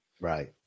Right